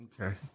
Okay